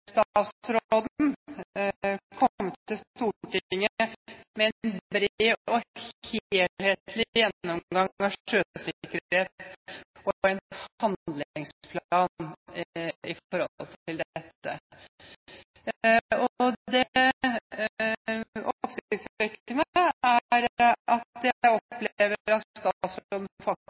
statsråden komme til Stortinget med en bred og helhetlig gjennomgang av sjøsikkerhet og en handlingsplan i forhold til dette. Det oppsiktsvekkende er at jeg opplever at statsråden